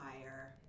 fire